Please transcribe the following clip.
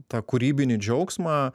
tą kūrybinį džiaugsmą